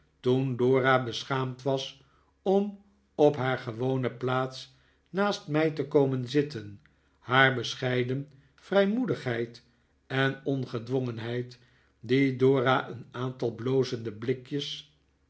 toen dora beschaamd was om op haar gewone plaats naast mij te komen zitten haar bescheiden vrijmoedigheid en ongedwongenheid die dora een aantal blozende blikjes